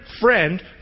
Friend